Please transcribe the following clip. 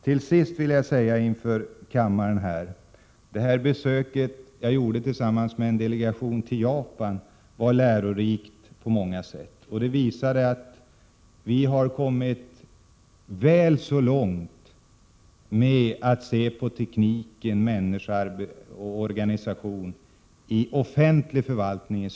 Till sist vill jag säga inför kammaren att besöket som jag gjorde i Japan tillsammans med en delegation var lärorikt på många sätt. Det visade att vi i Sverige kommit väl så långt som man gjort där med att se på teknik, människa och organisation i offentlig förvaltning.